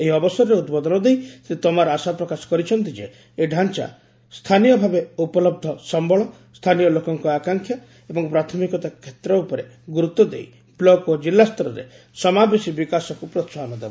ଏହି ଅବସରରେ ଉଦ୍ବୋଧନ ଦେଇ ଶ୍ରୀ ତୋମାର୍ ଆଶା ପ୍ରକାଶ କରିଛନ୍ତି ଯେ ଏହି ଢାଂଚା ସ୍ଥାନୀୟଭାବେ ଉବଲବ୍ଧ ସମ୍ଭଳ ସ୍ଥାନୀୟ ଲୋକଙ୍କ ଆଙ୍କାକ୍ଷା ଏବଂ ପ୍ରାଥମିକତା କ୍ଷେତ୍ର ଉପରେ ଗୁରୁତ୍ୱ ଦେଇ ବ୍ଲକ୍ ଓ ଜିଲ୍ଲାସ୍ତରରେ ସମାବେଶୀ ବିକାଶକୁ ପ୍ରୋସାହନ ଦେବ